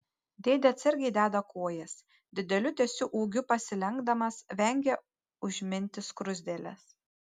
dėdė atsargiai deda kojas dideliu tiesiu ūgiu pasilenkdamas vengia užminti skruzdėles